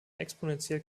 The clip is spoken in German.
exponentiell